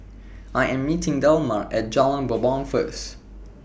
I Am meeting Delmar At Jalan Bumbong First